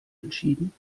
entschieden